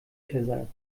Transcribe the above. versagt